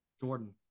Jordan